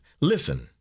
Listen